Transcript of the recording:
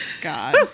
god